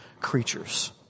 creatures